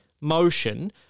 motion